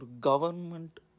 government